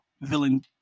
villain